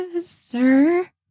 sir